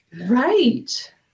Right